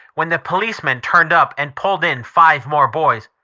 when the policemen turned up and pulled in five more boys.